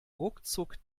ruckzuck